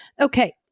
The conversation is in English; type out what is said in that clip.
Okay